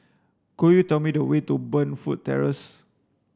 could you tell me the way to Burnfoot Terrace